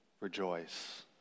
rejoice